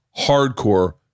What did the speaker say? Hardcore